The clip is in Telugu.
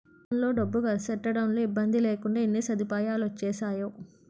ఏ దేశంలో డబ్బు కర్సెట్టడంలో ఇబ్బందిలేకుండా ఎన్ని సదుపాయాలొచ్చేసేయో